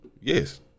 Yes